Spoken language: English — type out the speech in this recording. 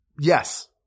Yes